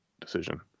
decision